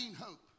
hope